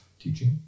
teaching